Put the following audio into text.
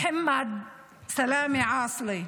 מוחמד סלאמה עאסלי.